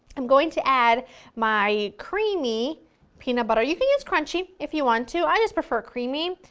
i'm going to add my creamy peanut butter, you could use crunchy if you want to, i just prefer creamy,